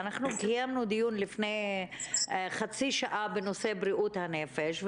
קיימנו דיון לפני חצי שעה בנושא בריאות הנפש,